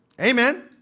Amen